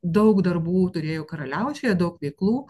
daug darbų turėjo karaliaučiuje daug veiklų